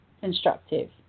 Constructive